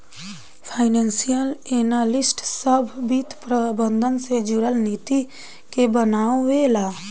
financial analyst सभ वित्त प्रबंधन से जुरल नीति के बनावे ला